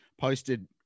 posted